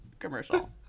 commercial